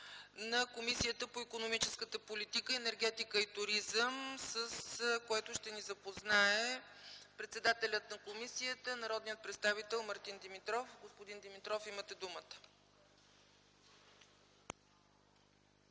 на Комисията по икономическата политика, енергетика и туризъм, с което ще ни запознае председателят на комисията, народният представител Мартин Димитров. Господин Димитров, имате думата. ДОКЛАДЧИК